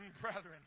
brethren